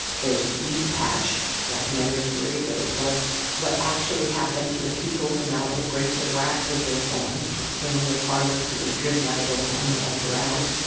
there's weedpatch, a documentary series that would tell us what actually happened to the people the novel grapes of wrath was based on, this family of farmers who were driven out of oklahoma by drought,